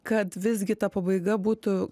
kad visgi ta pabaiga būtų